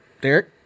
Derek